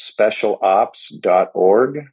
specialops.org